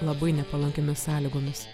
labai nepalankiomis sąlygomis